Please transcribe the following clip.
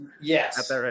Yes